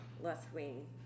left-wing